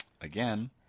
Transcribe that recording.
again